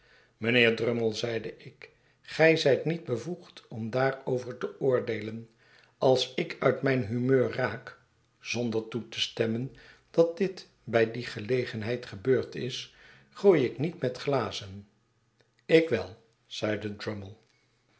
mijnheer drummle zeide ik ge zijt niet bevoegd om daarover teoordeelen ais ikuit mijn humeur raak zonder toe te stemmen dat dit bij die gelegenheid gebeurd is gooi ik niet met glazen ik wel zeide